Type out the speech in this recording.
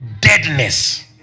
deadness